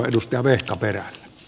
arvoisa puhemies